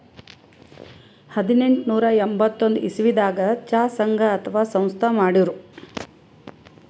ಹದನೆಂಟನೂರಾ ಎಂಬತ್ತೊಂದ್ ಇಸವಿದಾಗ್ ಚಾ ಸಂಘ ಅಥವಾ ಸಂಸ್ಥಾ ಮಾಡಿರು